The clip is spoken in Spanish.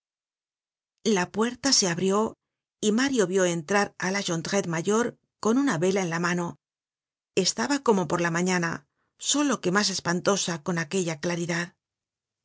la puerta se abrió y mario vió entrar á la jondrette mayor con una vela en la mano estaba como por la mañana solo que mas espantosa con aquella claridad